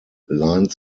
line